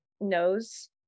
knows